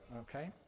okay